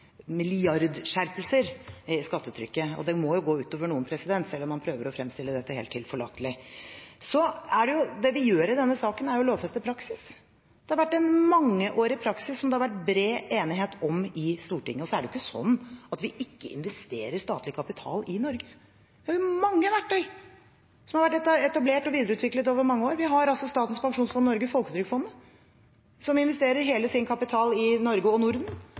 tilforlatelig. Det vi gjør i denne saken, er å lovfeste praksis, en mangeårig praksis som det har vært bred enighet om i Stortinget. Det er ikke slik at vi ikke investerer statlig kapital i Norge. Vi har mange verktøy som har vært etablert og videreutviklet over mange år: Vi har Statens pensjonsfond Norge – Folketrygdfondet – som investerer hele sin kapital i Norge og Norden,